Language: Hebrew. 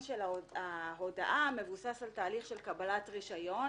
של ההודעה מבוסס על תהליך של קבלת רישיון,